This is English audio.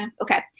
Okay